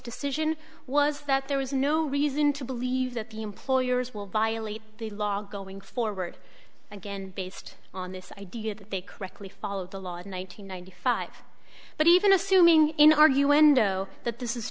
decision was that there was no reason to believe that the employers will violate the law going forward again based on this idea that they correctly followed the law in one thousand nine hundred five but even assuming in argue endo that this is